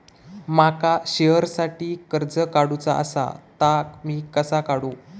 माका शेअरसाठी कर्ज काढूचा असा ता मी कसा काढू?